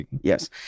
Yes